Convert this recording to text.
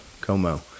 Como